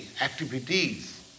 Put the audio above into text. activities